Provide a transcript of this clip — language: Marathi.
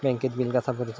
बँकेत बिल कसा भरुचा?